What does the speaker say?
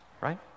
Right